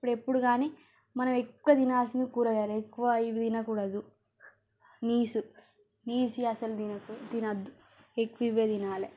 అప్పుడు ఎప్పుడు కానీ మనం ఎక్కువ తినాల్సింది కూరగాయలే ఎక్కువ ఇవి తినకూడదు నీచు నీచువి అసలు తినకు తినవద్దు ఎక్కువ ఇవే తినాలి